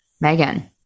Megan